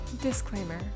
Disclaimer